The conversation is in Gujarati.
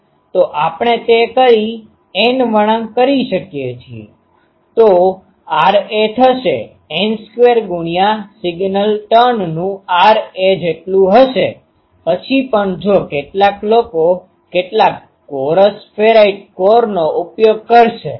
તો આપણે તે કરી એન વળાંક શકીએ છીએ તો Ra થશે N2 ગુણ્યા સિંગલ ટર્નનું Ra જેટલું હશે પછી પણ જો કેટલાક લોકો કેટલાક કોરસ ફેરાઇટ કોરનો ઉપયોગ કરશે